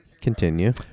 Continue